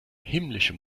himmlische